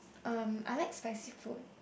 um I like spicy food